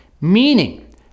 meaning